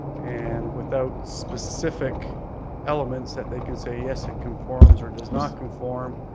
and without specific elements that they can say yes, it conforms or does not conform,